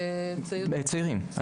צעירים,